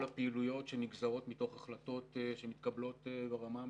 הפעילויות שנגזרות מתוך החלטות שמתקבלות ברמה הממשלתית.